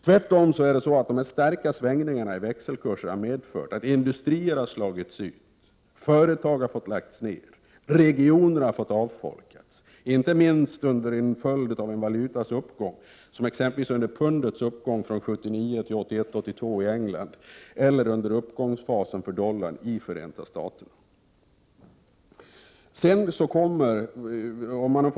Tvärtom har de starka svängningarna i växelkurser medfört att industrier har slagits ut, företag har fått läggas ned, regioner har avfolkats, inte minst till följd av en valutas uppgång; exempelvis under pundets uppgång från 1979 till 1981-1982 i England eller uppgångsfasen för dollarn i Förenta Staterna.